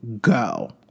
go